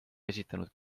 esitanud